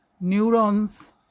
neurons